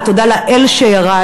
ותודה לאל שירד.